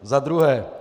Za druhé.